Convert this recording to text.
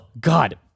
God